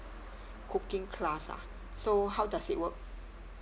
cooking class ah so how does it work